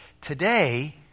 Today